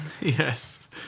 Yes